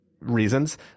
reasons